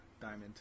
diamond